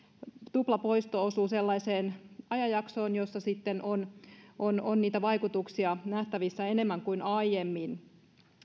tuplapoisto osuu sellaiseen ajanjaksoon jossa on on vaikutuksia nähtävissä enemmän kuin aiemmin